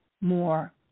more